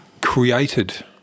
created